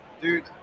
dude